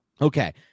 okay